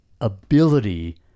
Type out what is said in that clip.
ability